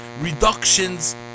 reductions